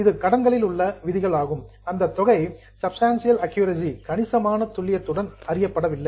இது கடன்களில் உள்ள விதிகள் ஆகும் அதன் தொகை சப்ஸ்டன்டியல் அக்குயூரசி கணிசமான துல்லியத்துடன் அறியப்படவில்லை